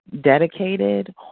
Dedicated